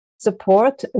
support